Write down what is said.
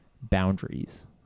boundaries